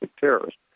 terrorists